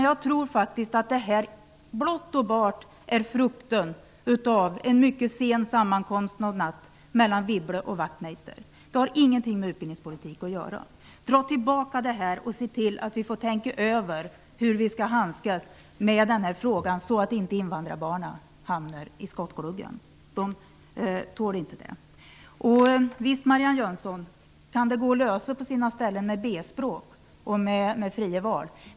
Jag tror faktiskt att detta blott och bart är frukten av en mycket sen sammankomst mellan Wibble och Wachtmeister. Det har ingenting med utbildning att göra. Drag tillbaka detta och se till att vi får tänka över hur vi skall handskas med frågan så att inte invandrarbarnen hamnar i skottgluggen; de tål inte det. Visst, Marianne Jönsson, kan det på sina ställen gå att lösa detta med B-språk och med fria val.